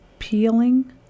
Peeling